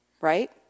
right